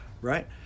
right